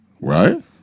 Right